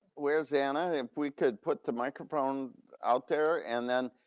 where's anna if we could put the microphone out there and then,